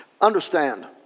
understand